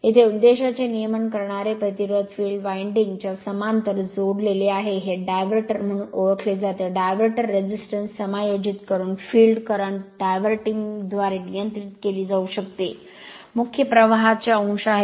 येथे उद्देशाचे नियमन करणारे प्रतिरोध फील्ड विंडिंग च्या समांतर जोडलेले आहे हे डायव्हर्टर म्हणून ओळखले जाते डायव्हर्टर रेझिस्टन्स समायोजित करून फील्ड करंट डायव्हर्टिंग द्वारे नियंत्रित केले जाऊ शकते मुख्य प्रवाहांचे अंश आहे